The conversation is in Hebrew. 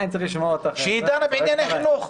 שדנה בענייני חינוך.